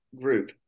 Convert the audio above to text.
group